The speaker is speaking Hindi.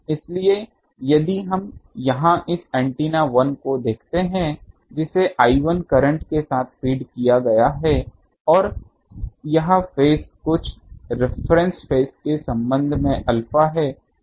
इसलिए यदि हम यहां इस एंटीना 1 को देखते हैं जिसे I1 करंट के साथ फीड किया गया है और यह फेज कुछ रिफरेन्स फेज के संबंध में अल्फा है